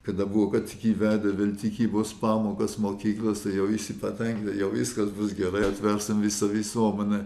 kada buvo kad jie vedė vėl tikybos pamokas mokyklose jau visi patenkinti jau viskas bus gerai atversime visą visuomenę